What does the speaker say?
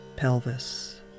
pelvis